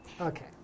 Okay